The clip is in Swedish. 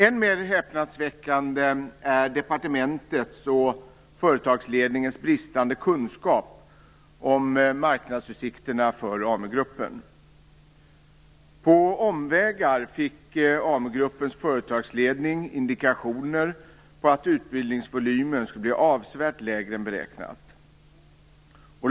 Än mer häpnadsväckande är departementets och företagsledningens bristande kunskap om marknadsutsikterna för AmuGruppen. På omvägar fick AmuGruppens företagsledning indikationer på att utbildningsvolymen skulle bli avsevärt lägre än beräknat.